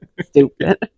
stupid